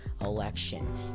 election